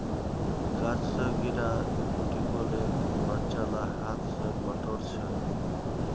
गाछ स गिरा टिकोलेक बच्चा ला हाथ स बटोर छ